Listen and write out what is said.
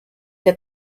that